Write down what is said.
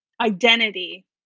identity